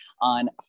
on